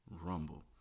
Rumble